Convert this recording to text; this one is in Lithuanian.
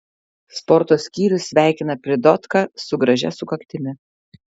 sporto skyrius sveikina pridotką su gražia sukaktimi